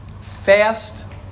fast